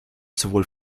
sowohl